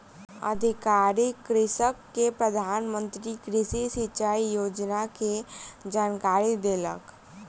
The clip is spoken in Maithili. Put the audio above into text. अधिकारी कृषक के प्रधान मंत्री कृषि सिचाई योजना के जानकारी देलक